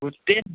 গোটেইখন